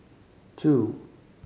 two